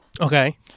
Okay